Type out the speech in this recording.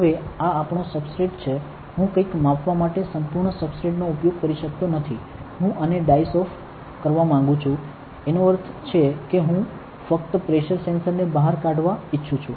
હવે આ આપણો સબસ્ટ્રેટ છે હું કંઇક માપવા માટે સંપૂર્ણ સબસ્ટ્રેટ નો ઉપયોગ કરી શકતો નથી હું આને ડાઈસ ઓફ ચોસલા કરવા માંગુ છું એનો અર્થ છે કે હું ફક્ત પ્રેશર સેન્સર ને બહાર કાઢવા ઇચ્છું છું